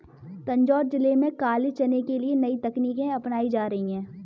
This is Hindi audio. तंजौर जिले में काले चने के लिए नई तकनीकें अपनाई जा रही हैं